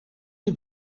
een